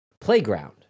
playground